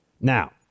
now